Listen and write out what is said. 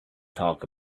talk